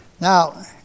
Now